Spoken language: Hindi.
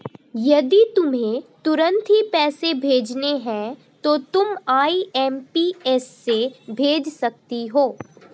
यदि तुम्हें तुरंत ही पैसे भेजने हैं तो तुम आई.एम.पी.एस से भेज सकती हो